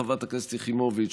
חברת הכנסת יחימוביץ,